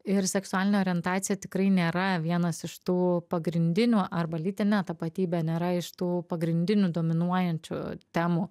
ir seksualinė orientacija tikrai nėra vienas iš tų pagrindinių arba lytinė tapatybė nėra iš tų pagrindinių dominuojančių temų